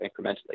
incrementally